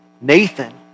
Nathan